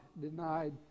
denied